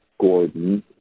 Gordon